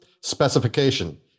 Specification